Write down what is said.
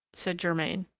said germain.